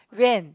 when